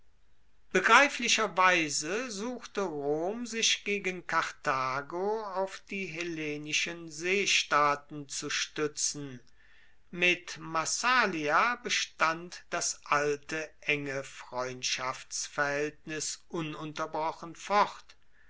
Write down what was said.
begreiflicherweise suchte rom sich gegen karthago auf die hellenischen seestaaten zu stuetzen mit massalia bestand das alte enge freundschaftsverhaeltnis ununterbrochen fort